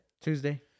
Tuesday